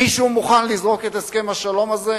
מישהו מוכן לזרוק את הסכם השלום הזה?